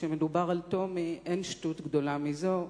כשמדובר על טומי אין שטות גדולה מזו.